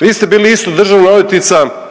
vi ste bili isto državna odvjetnica